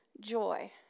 joy